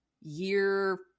year